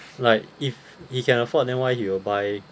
like if he can afford then why he will buy